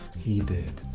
he did.